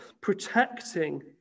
protecting